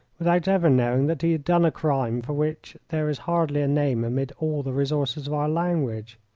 without ever knowing that he had done a crime for which there is hardly a name amid all the resources of our language.